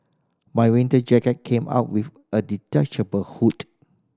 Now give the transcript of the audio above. my winter jacket came up with a detachable hood